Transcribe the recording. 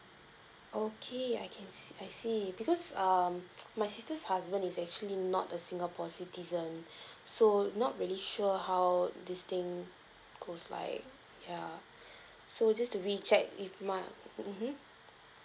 okay I can se~ I see because um my sister's husband is actually not a singapore citizen so not really sure how this thing goes like ya so just to re check if my mmhmm